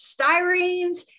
styrenes